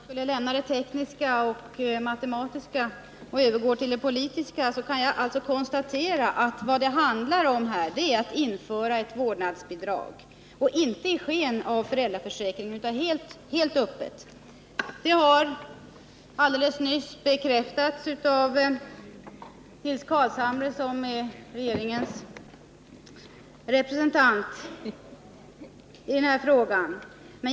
Herr talman! Om vi skulle lämna det tekniska och matematiska och övergå till det politiska, kan jag konstatera att det här handlar om att införa ett vårdnadsbidrag, inte i sken av en föräldraförsäkring utan helt öppet. Det har alldeles nyss bekräftats av Nils Carlshamre, som är regeringens representant i denna fråga.